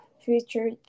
future